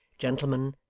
gentlemen,